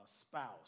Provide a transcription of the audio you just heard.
spouse